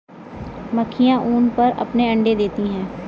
मक्खियाँ ऊन पर अपने अंडे देती हैं